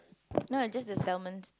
no just the salmons